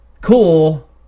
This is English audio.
Cool